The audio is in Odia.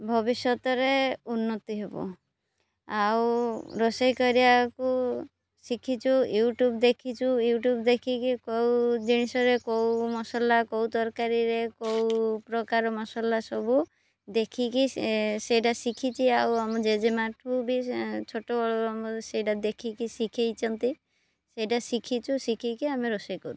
ଭବିଷ୍ୟତରେ ଉନ୍ନତି ହେବ ଆଉ ରୋଷେଇ କରିବାକୁ ଶିଖିଛୁ ୟୁଟ୍ୟୁବ୍ ଦେଖିଛୁ ୟୁଟ୍ୟୁବ୍ ଦେଖିକି କେଉଁ ଜିନିଷରେ କେଉଁ ମସଲା କେଉଁ ତରକାରୀରେ କେଉଁ ପ୍ରକାର ମସଲା ସବୁ ଦେଖିକି ସେଇଟା ଶିଖିଛି ଆଉ ଆମ ଜେଜେମାଆଠୁ ବି ଛୋଟ ବଳରୁ ସେଇଟା ଦେଖିକି ଶିଖେଇଛନ୍ତି ସେଇଟା ଶିଖିଛୁ ଶିଖିକି ଆମେ ରୋଷେଇ କରୁଛୁ